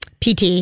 PT